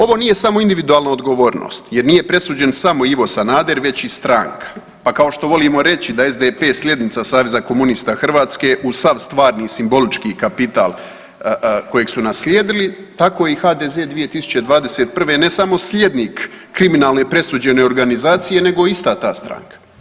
Ovo nije samo individualna odgovornost jer nije presuđen samo Ivo Sanader već i stranka, pa kao što volimo reći da je SDP slijednica Saveza komunista Hrvatske uz sav stvarni simbolički kapital kojeg su naslijedili tako i HDZ 2021. ne samo slijednik kriminalne presuđene organizacije nego ista ta stranka.